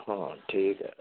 ਹਾਂ ਠੀਕ ਹੈ